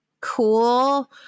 cool